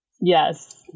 Yes